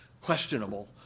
questionable